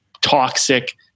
toxic